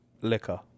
Liquor